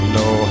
no